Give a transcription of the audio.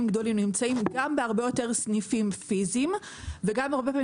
גדולים נמצאים גם בהרבה יותר סניפים פיזיים וגם הרבה פעמים